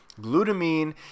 glutamine